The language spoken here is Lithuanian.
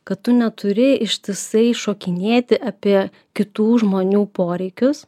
kad tu neturi ištisai šokinėti apie kitų žmonių poreikius